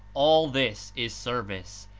all this is service,